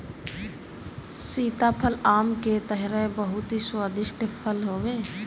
सीताफल आम के तरह बहुते स्वादिष्ट फल हवे